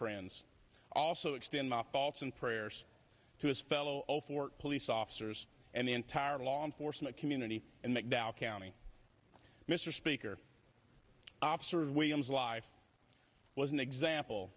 friends also extend my faults and prayers to his fellow fort police officers and the entire law enforcement community and mcdowell county mr speaker officers william's wife was an example